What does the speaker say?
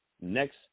next